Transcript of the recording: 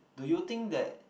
do you think that